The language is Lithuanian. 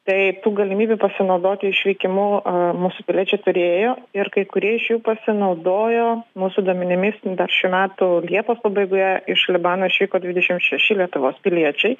tai tų galimybių pasinaudoti išvykimu mūsų piliečiai turėjo ir kai kurie iš jų pasinaudojo mūsų duomenimis šių metų liepos pabaigoje iš libano išvyko dvidešim šeši lietuvos piliečiai